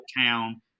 town